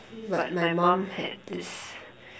but my mom had this